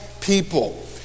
people